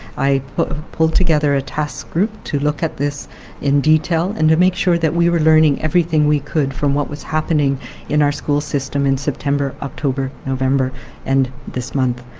i pulled together a task group to look at this in detail and to make sure we were learning everything we could from what was happening in our school system in september, october, november and this month.